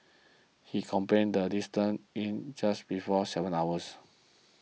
he completed the distance in just before seven hours